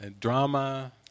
drama